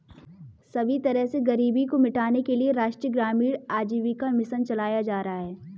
सभी तरह से गरीबी को मिटाने के लिये राष्ट्रीय ग्रामीण आजीविका मिशन चलाया जा रहा है